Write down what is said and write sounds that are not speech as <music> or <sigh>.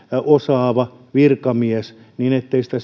osaava virkamies niin ettei sitä <unintelligible>